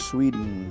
Sweden